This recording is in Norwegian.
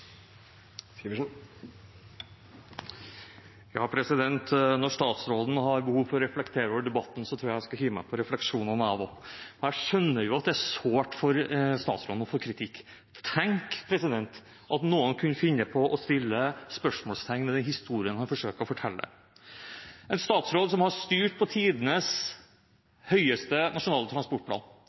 Når statsråden har behov for å reflektere over debatten, tror jeg at jeg skal hive meg på refleksjonene, jeg også. Jeg skjønner jo at det er sårt for statsråden å få kritikk. Tenk at noen kunne finne på å sette spørsmålstegn ved den historien han forsøker å fortelle – en statsråd som har styrt på tidenes største nasjonale transportplan,